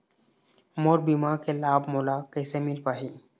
मोर बीमा के लाभ मोला कैसे मिल पाही?